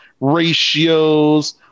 ratios